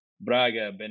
Braga